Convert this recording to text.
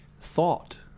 thought